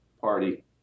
party